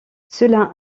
cela